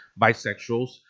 Bisexuals